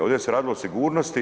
Ovdje se radi o sigurnosti.